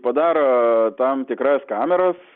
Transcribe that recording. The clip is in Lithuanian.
padaro tam tikras kameras